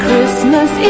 Christmas